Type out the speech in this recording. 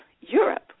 Europe